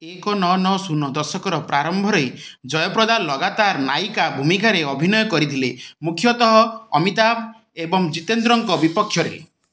ଏକ ନଅ ନଅ ଶୂନ ଦଶକର ପ୍ରାରମ୍ଭରେ ଜୟପ୍ରଦା ଲଗାତାର ନାୟିକା ଭୂମିକାରେ ଅଭିନୟ କରିଥିଲେ ମୁଖ୍ୟତଃ ଅମିତାଭ ଏବଂ ଜୀତେନ୍ଦ୍ରଙ୍କ ବିପକ୍ଷରେ